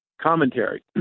commentary